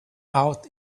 out